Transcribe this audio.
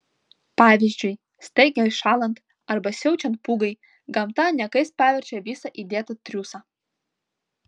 pavyzdžiui staigiai šąlant arba siaučiant pūgai gamta niekais paverčia visą įdėtą triūsą